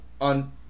on